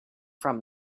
from